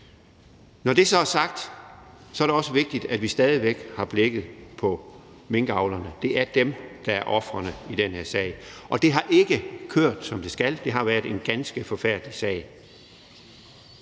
Når det så er sagt, er det også vigtigt, at vi stadig væk har blikket på minkavlerne, for det er dem, der er ofrene i den her sag. Og det har ikke kørt, som det skulle, det har været en ganske forfærdelig sag.